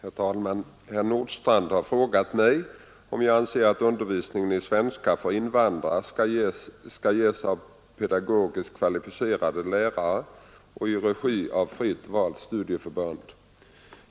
Herr talman! Herr Nordstrandh har frågat mig om jag anser att undervisningen i svenska för invandrare skall ges av pedagogiskt kvalificerade lärare och i regi av fritt valt studieförbund.